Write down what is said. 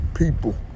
People